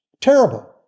Terrible